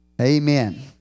Amen